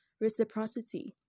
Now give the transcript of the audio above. reciprocity